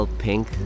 pink